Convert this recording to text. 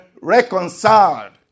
reconciled